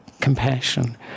compassion